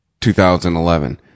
2011